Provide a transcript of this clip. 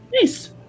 Nice